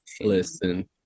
Listen